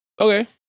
okay